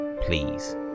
please